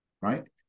right